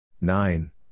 Nine